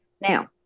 Now